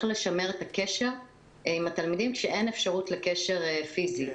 לשמר את הקשר עם התלמידים כשאין אפשרות לקשר פיזי.